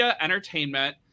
Entertainment